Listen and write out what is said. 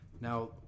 Now